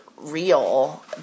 real